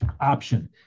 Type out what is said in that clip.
option